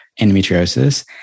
endometriosis